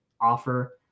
offer